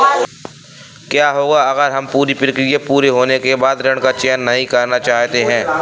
क्या होगा अगर हम पूरी प्रक्रिया पूरी होने के बाद ऋण का चयन नहीं करना चाहते हैं?